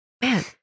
man